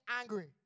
angry